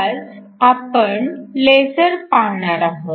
आज आपण लेझर पाहणार आहोत